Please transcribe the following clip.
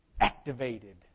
Activated